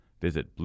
Visit